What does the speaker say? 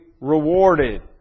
rewarded